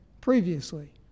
previously